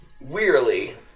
Wearily